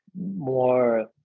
more